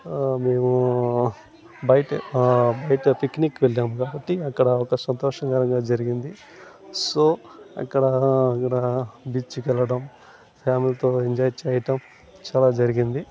మేము బయట బయట పిక్నిక్కి వెళ్ళాం కాబట్టి అక్కడ ఒక సంతోషకరంగా జరిగింది సో అక్కడా అక్కడ బీచ్కి వెళ్ళటం ఫ్యామిలీతో ఎంజాయ్ చేయటం చాలా జరిగింది